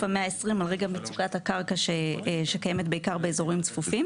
המאה ה-20 על רקע על מצוקת הקרקע שקיימת בעיקר באזורים צפופים,